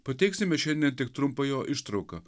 pateiksime šiandien tik trumpą jo ištrauką